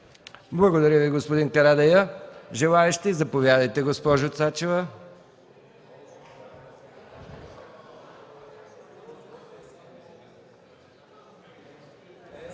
Благодаря Ви, господин Карадайъ. Желаещи? Заповядайте, госпожо Цачева.